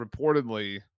reportedly –